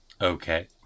Okay